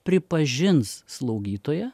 pripažins slaugytoją